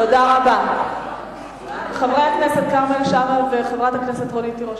חבר הכנסת כרמל שאמה וחברת הכנסת רונית תירוש,